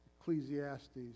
Ecclesiastes